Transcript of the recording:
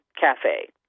cafe